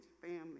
family